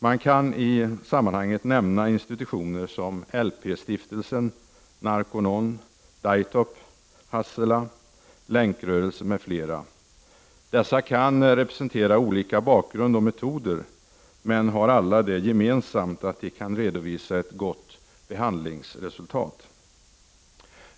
Man kan i sammanhanget nämnd institutioner som LP-stiftelsen, Narconon, Daytop, Hassela, Länkrörelsen m.fl. Dessa kan representera olika bakgrund och metoder men har alla gemensamt att de kan redovisa ett gott behandlingsresultat.